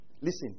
Listen